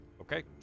okay